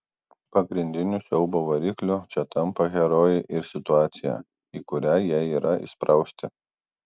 pagrindiniu siaubo varikliu čia tampa herojai ir situacija į kurią jie yra įsprausti